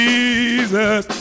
Jesus